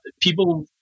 people